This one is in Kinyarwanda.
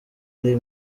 ari